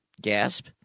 gasp